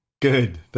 Good